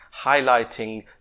highlighting